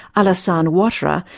alassane ouattara,